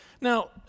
Now